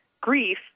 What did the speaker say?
grief